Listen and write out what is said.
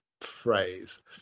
phrase